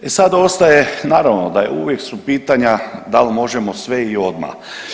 E sad ostaje, naravno uvijek su pitanja da li možemo sve i odmah?